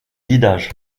guidage